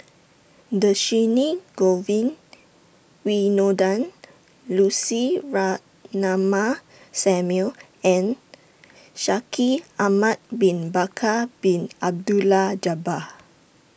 Dhershini Govin Winodan Lucy Ratnammah Samuel and Shaikh Ahmad Bin Bakar Bin Abdullah Jabbar